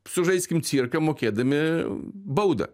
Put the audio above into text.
sužaiskim cirką mokėdami baudą